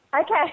Okay